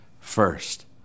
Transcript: first